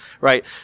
right